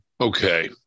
Okay